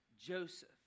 Joseph